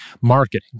marketing